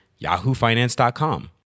yahoofinance.com